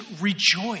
rejoice